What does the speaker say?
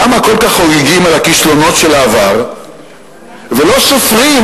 למה כל כך חוגגים על כישלונות העבר ולא סופרים,